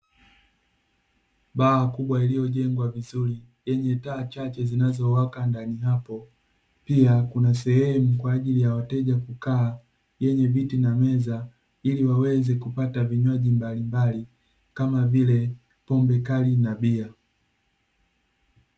Baa kubwa iliyojengwa vizuri, yenye taa chache zinazowaka ndani hapo. Pia kuna sehemu kwa ajili ya wateja kukaa kwenye viti na meza, ili waweze kupata vinywaji mbalimbali kama vile pombe kali na bia.